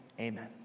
amen